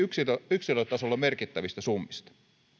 yksilötasolla merkittävistä summista